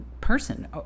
person